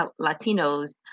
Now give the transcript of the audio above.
Latinos